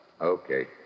Okay